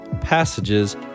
passages